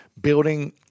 building